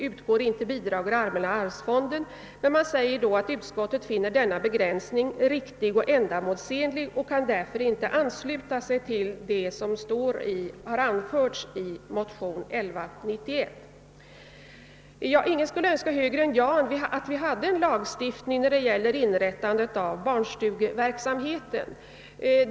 Utskottet tillägger att det finner denna begränsning riktig och ändamålsenlig och därför inte kan ansluta sig till det som har anförts i motion II: 1191. Ingen skulle önska högre än jag att vi hade en lagstiftning om inrättande av barnstugeverksamhet.